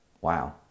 Wow